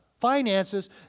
finances